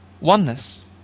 oneness